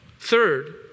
Third